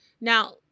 Now